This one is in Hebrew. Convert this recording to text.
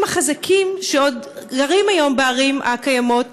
החזקים שעוד גרים היום בערים הקיימות,